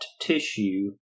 tissue